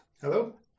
Hello